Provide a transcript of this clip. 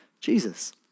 Jesus